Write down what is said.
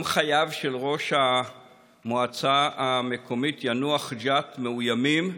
חייו של ראש המועצה המקומית יאנוח-ג'ת מאוימים,